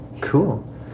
cool